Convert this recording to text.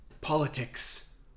politics